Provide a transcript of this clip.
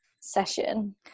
session